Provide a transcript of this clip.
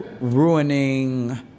ruining